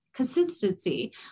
consistency